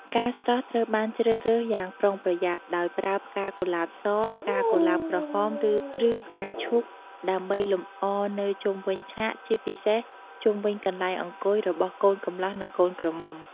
ផ្កាស្រស់ត្រូវបានជ្រើសរើសយ៉ាងប្រុងប្រយ័ត្ន ដោយប្រើផ្កាកុលាបស ផ្កាកុលាបក្រហម ឬផ្កាឈូក ដើម្បីលម្អនៅជុំវិញឆាកជាពិសេសជុំវិញកន្លែងអង្គុយរបស់កូនកំលោះនិងកូនក្រមុំ។